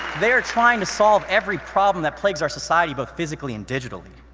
they are trying to solve every problem that plagues our society, both physically and digitally.